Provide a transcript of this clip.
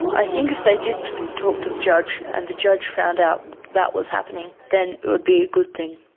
i think if they did talk to the judge and the judge found out that was happening, then it would be a good thing.